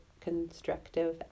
constructive